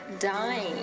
dying